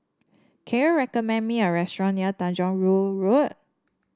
can you recommend me a restaurant near Tanjong Rhu Road